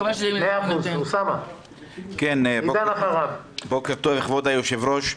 בוקר טוב כבוד היושב-ראש,